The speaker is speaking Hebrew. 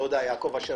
אז אני רוצה